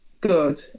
good